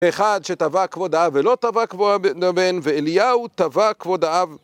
אחד שתבע כבוד האב ולא תבע כבוד הבן, ואליהו תבע כבוד האב